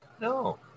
No